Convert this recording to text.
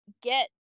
get